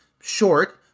short